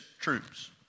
troops